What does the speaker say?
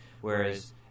whereas –